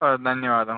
సరే ధన్యవాదం